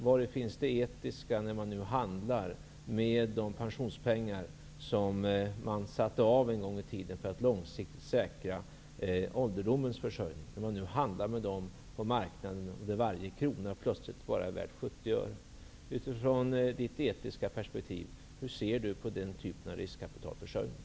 Vari finns det etiska när man nu handlar med de pensionspengar som man satte av en gång i tiden för att långsiktigt säkra ålderdomens försörjning? Man handlar nu med dem på marknaden, där varje krona plötsligt är värd bara 70 öre. Hur ser Roland Lében från sitt etiska perspektiv på den typen av riskkapitalförsörjning?